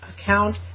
account